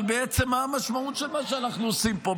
אבל בעצם מה המשמעות של מה שאנחנו עושים פה?